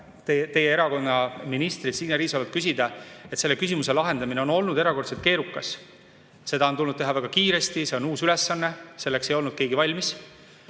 teie erakonna ministrilt Signe Riisalolt seda küsida, et selle küsimuse lahendamine on olnud erakordselt keerukas. Seda on tulnud teha väga kiiresti, see on uus ülesanne, selleks ei olnud keegi valmis.